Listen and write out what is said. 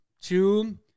two